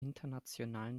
internationalen